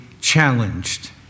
challenged